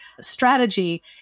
strategy